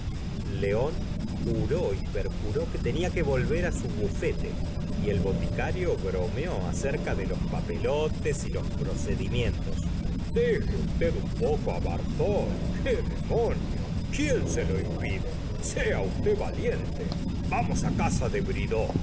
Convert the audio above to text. león juró y perjuró que tenia que volver á su bufete y el boticario bromeó acerca de los papelotes y los procedimientos deje usted un poco á bartholé qué demonio sea usted valiente vamos á quién se lo impide casa de